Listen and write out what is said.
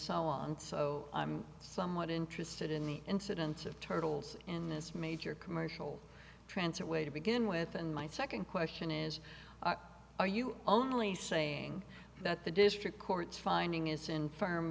so on so i'm somewhat interested in the incidence of turtles in this major commercial transit way to begin with and my second question is are you only saying that the district court finding is in firm